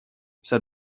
said